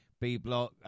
B-block